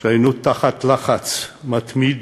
שהיינו תחת לחץ מתמיד